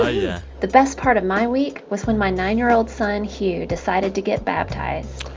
yeah yeah the best part of my week was when my nine year old son hugh decided to get baptized.